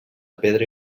pedra